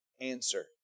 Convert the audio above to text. answer